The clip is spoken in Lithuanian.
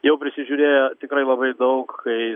jau prisižiūrėjo tikrai labai daug kai